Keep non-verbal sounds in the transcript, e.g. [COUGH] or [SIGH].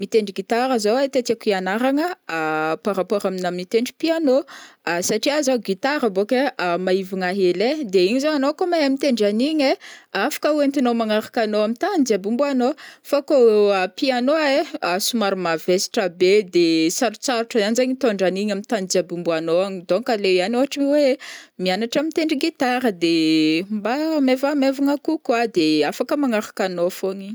Mitendry gitara zao ai tiatiako ianaragna, [HESITATION] par rapport amina mitendry piano, [HESITATION] satria zao gitara zao boka ai [HESITATION] maîvagna hely ai de igny zô anô kô mahay mitendry anigny ai afaka oentinô magnaraka anô ami tany jiaby ombanô, fa kô [HESITATION] piano ai, [HESITATION] somary mavesatra be de sarotsarôhatra ihany zegny mitôndra anigny ami tany jiaby ombanô agny donc a le ihany ôhatra oe mianatra mitendry gitara de [HESITATION] mba maivamaivagna kokoa de [HESITATION] afaka magnaraka anô fogna igny.